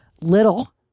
little